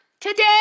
today